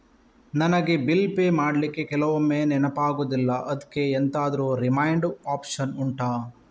ನನಗೆ bill pay ಮಾಡ್ಲಿಕ್ಕೆ ಕೆಲವೊಮ್ಮೆ ನೆನಪಾಗುದಿಲ್ಲ ಅದ್ಕೆ ಎಂತಾದ್ರೂ ರಿಮೈಂಡ್ ಒಪ್ಶನ್ ಉಂಟಾ